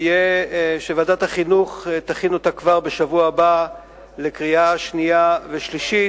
שוועדת החינוך תכין אותה כבר בשבוע הבא לקריאה שנייה ולקריאה שלישית,